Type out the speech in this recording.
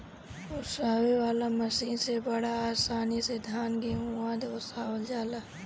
ओसावे वाला मशीन से बड़ा आसानी से धान, गेंहू आदि ओसावल जाला